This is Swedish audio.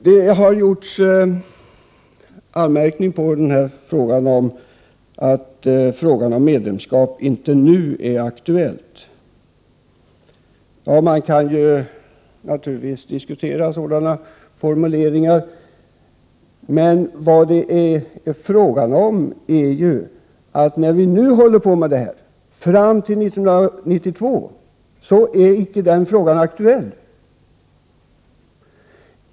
Det har gjorts anmärkningar om att frågan om medlemskap inte nu är aktuellt. Man kan naturligtvis diskutera sådana formuleringar. Men i det nuvarande arbetet som skall pågå fram till år 1992 är frågan om medlemskap inte aktuell.